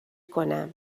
کنم